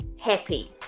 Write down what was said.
happy